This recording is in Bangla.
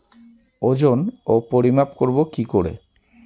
ওজন ও পরিমাপ করব কি করে?